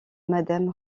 madame